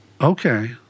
Okay